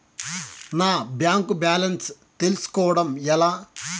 నా bank balance తెలుస్కోవడం ఎలా?